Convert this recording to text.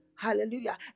hallelujah